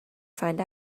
find